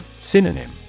Synonym